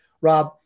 Rob